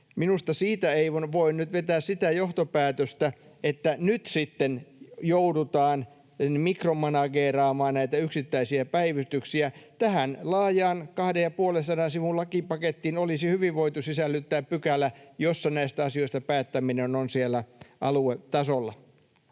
Minusta siitä ei voi nyt vetää sitä johtopäätöstä, että nyt sitten joudutaan mikromanageeraamaan näitä yksittäisiä päivystyksiä. Tähän laajaan, 250 sivun lakipakettiin olisi hyvin voitu sisällyttää pykälä, että näistä asioista päättäminen on siellä aluetasolla.